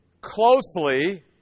closely